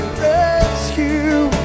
rescue